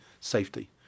safety